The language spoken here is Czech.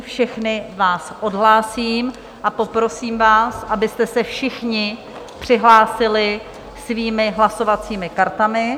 Všechny vás odhlásím a poprosím vás, abyste se všichni přihlásili svými hlasovacími kartami.